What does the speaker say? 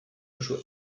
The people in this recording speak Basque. duzue